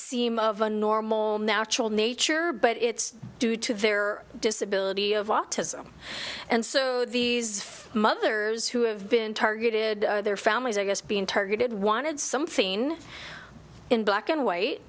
seem of a normal natural nature but it's due to their disability of autism and so these mothers who have been targeted or their families are just being targeted wanted something in black and white